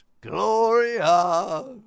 Gloria